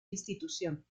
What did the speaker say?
institución